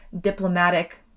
diplomatic